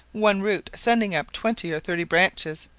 one root sending up twenty or thirty branches,